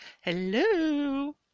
hello